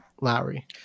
Lowry